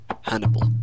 Hannibal